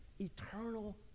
eternal